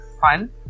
fun